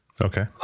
okay